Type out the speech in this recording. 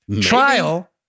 trial